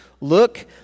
look